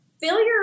failure